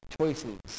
choices